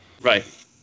Right